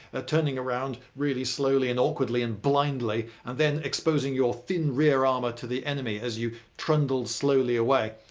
ah turning around really slowly and awkwardly and blindly, and then exposing your thin rear armour to the enemy as you trundled slowly away.